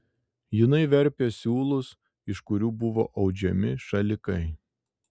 jinai verpė siūlus iš kurių buvo audžiami šalikai